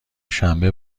شنبه